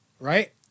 Right